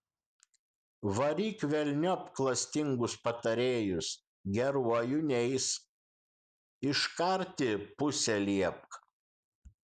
varyk velniop klastingus patarėjus geruoju neis iškarti pusę liepk